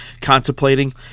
contemplating